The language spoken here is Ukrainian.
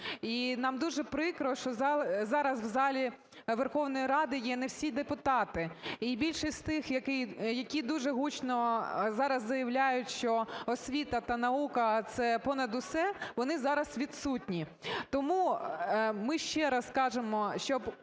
І нам дуже прикро, що зараз в залі Верховної Ради є не всі депутати. І більшість з тих, які дуже гучно зараз заявляють, що освіта та наука – це понад усе, вони зараз відсутні. Тому ми ще раз кажемо,